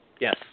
Yes